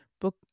book